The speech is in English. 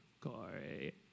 Corey